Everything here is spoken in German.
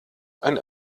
ein